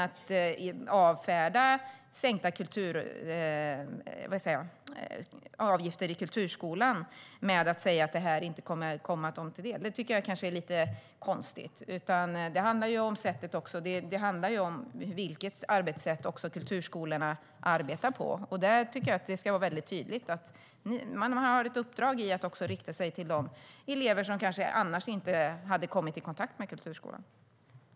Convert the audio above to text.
Att avfärda sänkta avgifter i kulturskolan med att säga att det inte kommer att komma dem till del tycker jag kanske är lite konstigt. Det handlar ju också om vilket sätt som kulturskolorna arbetar på. Där finns ett tydligt uppdrag om att man ska rikta sig till de elever som annars inte hade kommit i kontakt med kulturskolan.